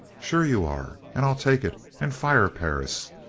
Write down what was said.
sure you are. and i'll take it and fire perris.